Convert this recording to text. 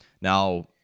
now